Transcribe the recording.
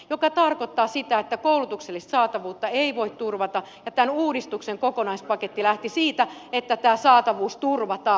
se tarkoittaa sitä että koulutuksellista saatavuutta ei voi turvata ja tämän uudistuksen kokonaispaketti lähti siitä että tämä saatavuus turvataan